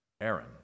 Aaron